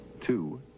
Two